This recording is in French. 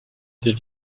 des